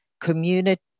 community